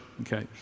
okay